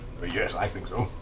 yes, i think so.